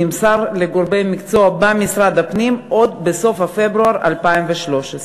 נמסר לגורמי המקצוע במשרד הפנים עוד בסוף פברואר 2013,